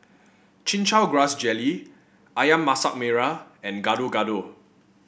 Chin Chow Grass Jelly ayam Masak Merah and Gado Gado